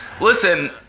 Listen